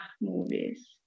movies